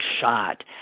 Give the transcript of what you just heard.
shot